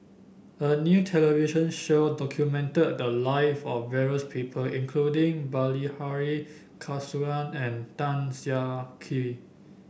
a new television show documented the live of various people including Bilahari Kausikan and Tan Siah Kwee